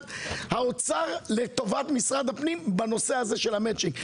האוצר לטובת משרד הפנים בנושא הזה של המצ'ינג.